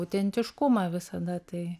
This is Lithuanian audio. autentiškumą visada tai